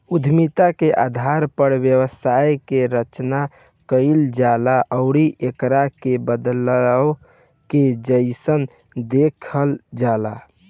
उद्यमिता के आधार पर व्यवसाय के रचना कईल जाला आउर एकरा के बदलाव के जइसन देखल जाला